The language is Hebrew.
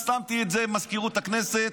שמתי את זה במזכירות הכנסת,